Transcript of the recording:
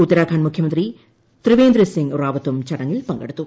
ഉത്തരാഖണ്ഡ് മുഖ്യമന്ത്രി ത്രിവേന്ദ്രസിംഗ് റാവത്തും ചടങ്ങിൽ പങ്കെടൂത്തു